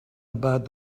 about